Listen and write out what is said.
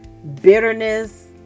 Bitterness